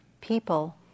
people